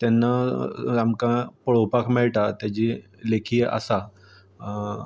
तेन्ना आमकां पळोवपाक मेळटा तेजी लेखी आसा